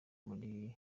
muri